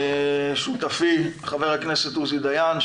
שותפי חבר הכנסת עוזי דיין,